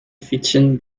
fietsen